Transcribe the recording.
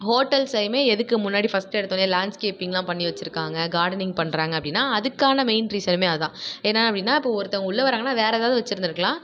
ஹோட்டல்ஸையுமே எதுக்கு முன்னாடி ஃபஸ்ட்டு எடுத்தவொடனே லேண்ட்ஸ்கேப்பிங்லாம் பண்ணி வெச்சிருக்காங்க கார்டனிங் பண்ணுறாங்க அப்படின்னா அதுக்கான மெயின் ரீசனுமே அதான் என்ன அப்படின்னா இப்போது ஒருத்தங்க உள்ளே வர்றாங்கன்னா வேறு ஏதாவது வெச்சிருந்துருக்கலாம்